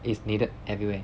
is needed everywhere